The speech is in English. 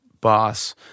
boss